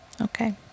Okay